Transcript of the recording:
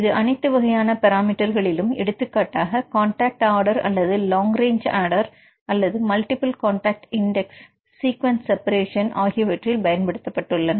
இது அனைத்து வகையான பராமீட்டர் களிலும் எடுத்துக்காட்டாக காண்டாக்ட் ஆர்டர் அல்லது லாங் ரேஞ்ச் ஆடர் அல்லது multiple contact index sequence separation ஆகியவற்றில் பயன்படுத்தப்பட்டுள்ளன